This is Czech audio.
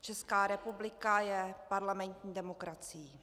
Česká republika je parlamentní demokracií.